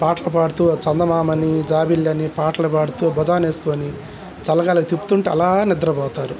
పాటలు పాడుతూ చందమామని జాబిల్లని పాటలు పాడుతూ భుజాన వేసుకొని చల్లగాలిలో తిప్పుతుంటే అలా నిద్రపోతారు